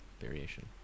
variation